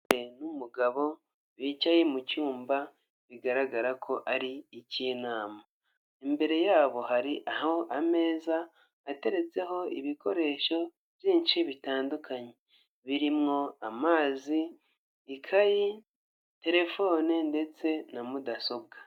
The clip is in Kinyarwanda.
N'umugabo bicaye mu cyumba bigaragara ko ari icy'inama. Imbere yabo hari ameza ateretseho ibikoresho byinshi bitandukanye. Birimo amazi, ikayi, telefone ndetse na mudasobwa.